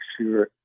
sure